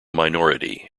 minority